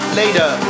later